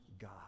God